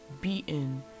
beaten